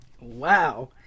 Wow